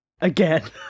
Again